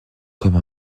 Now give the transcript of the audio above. comme